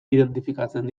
identifikatzen